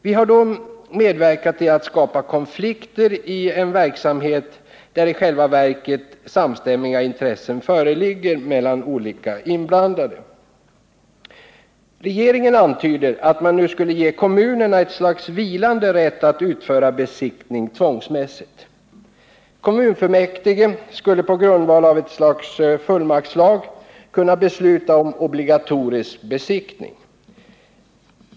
Vi skulle då medverka till att skapa konflikter i en verksamhet där i själva verket samstämmiga intressen föreligger hos olika inblandade. Regeringen antyder att man nu skall ge kommunerna ett slags vilande rätt att tvångsmässigt utföra besiktning. Kommun fullmäktige skall på grundval av ett slags fullmaktslag kunna besluta om obligatorisk besiktning.